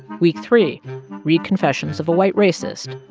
week three read confessions of a white racist.